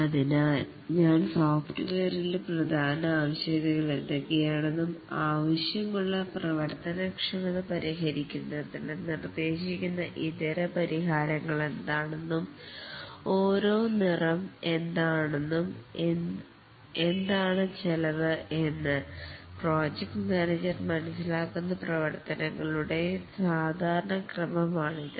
അതിനാൽ ഞാൻ സോഫ്റ്റ്വെയറിലെ പ്രധാന ആവശ്യകതകൾ എന്തൊക്കെയാണെന്നും ആവശ്യമുള്ള പ്രവർത്തനക്ഷമത പരിഹരിക്കുന്നതിന് നിർദ്ദേശിക്കുന്ന ഇതര പരിഹാരങ്ങൾ എന്താണെന്നും ഓരോ നിറം എന്താണ് ചെലവ് എന്ന പ്രൊജക്ട് മാനേജർ മനസ്സിലാക്കുന്ന പ്രവർത്തനങ്ങളുടെ സാധാരണ ക്രമമാണിത്